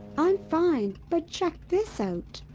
i'm fine. but check this out.